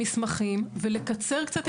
המסמכים ולקצר קצת את השלושה חודשים.